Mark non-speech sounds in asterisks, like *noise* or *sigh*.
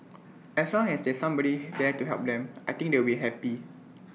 as long as there's somebody *noise* there to help them I think they will be happy